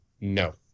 No